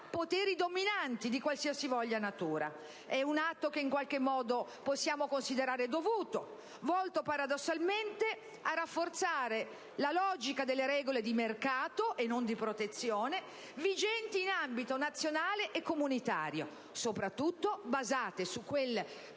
poteri dominanti di qualsivoglia natura. È un atto che in qualche modo possiamo considerare dovuto, volto paradossalmente a rafforzare la logica delle regole di mercato - e non di protezione - vigenti in ambito nazionale e comunitario, soprattutto basate su quel